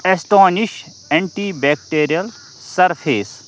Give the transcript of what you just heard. astonish antibacterial surface